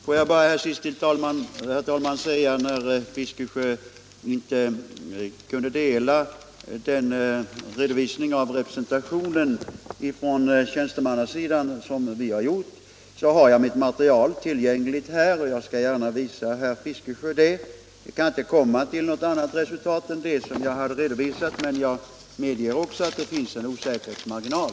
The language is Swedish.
Får jag bara till sist säga, när herr Fiskesjö inte kunde godta den redovisning av representationen från tjänstemannasidan som vi har gjort, att jag har mitt material tillgängligt här och att jag gärna skall visa herr Fiskesjö det. Vi kan inte komma till något annat resultat än det som jag hade redovisat, men jag medger också att det finns en osäkerhetsmarginal.